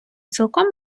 цілком